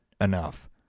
enough